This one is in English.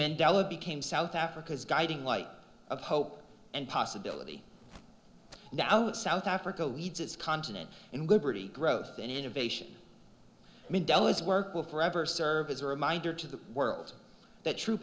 mandela became south africa's guiding light of hope and possibility now that south africa leads its continent and liberty growth and innovation mandela's work will forever serve as a reminder to the world that true